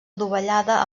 adovellada